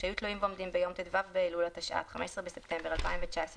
שהיו תלויים ועומדים ביום ט"ו באלול התשע"ט (15 בספטמבר 2019),